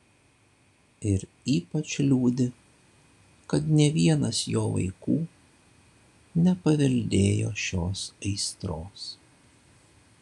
ir ypač liūdi kad nė vienas jo vaikų nepaveldėjo šios aistros